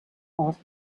off